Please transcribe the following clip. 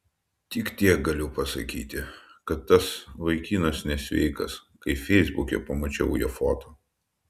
tik tiek galiu pasakyti kad tas vaikinas nesveikas kai feisbuke pamačiau jo foto